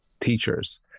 teachers